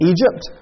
Egypt